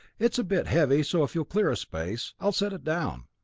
it's a bit heavy, so if you'll clear a space, i'll set it down.